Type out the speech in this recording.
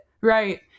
Right